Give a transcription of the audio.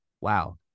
wow